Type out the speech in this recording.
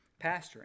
pastoring